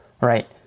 Right